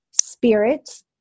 spirit